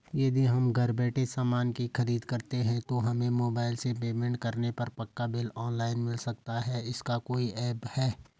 यदि हम घर बैठे सामान की खरीद करते हैं तो हमें मोबाइल से पेमेंट करने पर पक्का बिल ऑनलाइन मिल सकता है इसका कोई ऐप है